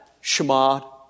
Shema